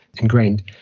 ingrained